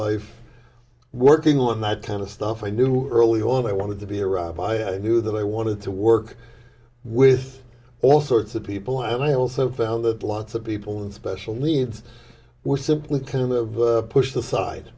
life working on that kind of stuff i knew early on i wanted to be a rabbi i knew that i wanted to work with all sorts of people and i also found that lots of people and special needs were simply kind of pushed aside